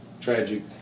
tragic